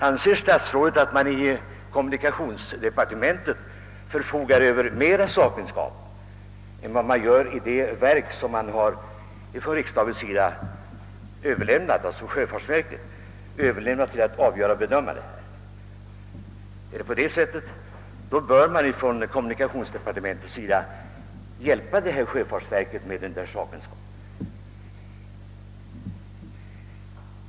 Anser herr statsrådet att det i kommunikationsdepartementet finns större sakkunskap än i sjöfartsverket, till vilket riksdagen överlämnat att bedöma och avgöra denna sak? Om så är fallet, bör kommunikationsdepartementet hjälpa sjöfartsverket med denna sakkunskap.